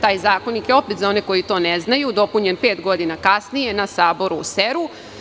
Taj zakonik je, opet za one koji to ne znaju, dopunjen pet godina kasnije na Saboru u Seru.